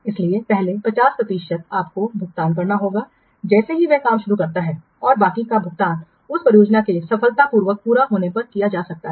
इसलिए पहले 50 प्रतिशत आपको भुगतान करना होगा जैसे ही वह काम शुरू करता है और बाकी का भुगतान उस परियोजना के सफलतापूर्वक पूरा होने पर किया जा सकता है